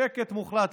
שקט מוחלט.